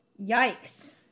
Yikes